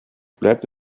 bleibt